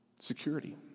Security